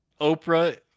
Oprah